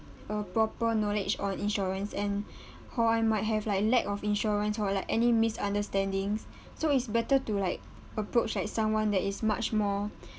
a proper knowledge on insurance and how I might have like lack of insurance or like any misunderstandings so it's better to like approach like someone that is much more